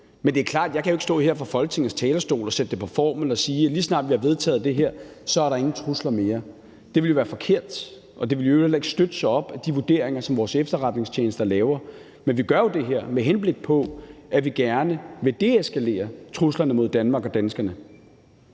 Men det er klart, at jeg jo ikke kan stå her fra Folketingets talerstol og sætte det på formel og sige, at lige så snart vi har vedtaget det her, er der ingen trusler mere. Det ville være forkert, og det ville i øvrigt heller ikke læne sig op ad de vurderinger, som vores efterretningstjenester laver. Men vi gør jo det her, med henblik på at vi gerne vil deeskalere truslerne mod Danmark og danskerne.